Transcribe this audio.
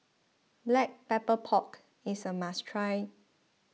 Black Pepper Pork is a must try